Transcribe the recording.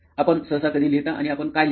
आपण सहसा कधी लिहिता आणि आपण काय लिहिता